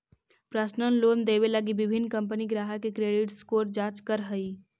personal loan देवे लगी विभिन्न कंपनि ग्राहक के क्रेडिट स्कोर जांच करऽ हइ